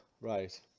Right